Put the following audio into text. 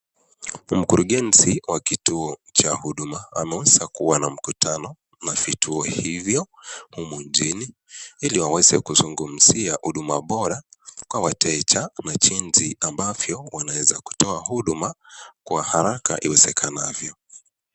Mkurugenzi wa kituo cha huduma ameweza kuwa na mkutano na vituo hivvo humu nchini ili waweze kuzungumzia huduma bora kwa wateja na jinsi ambavyo wanaweza kutoa huduma kwa haraka iwezekanavyo.